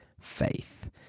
faith